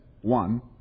one